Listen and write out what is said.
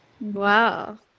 Wow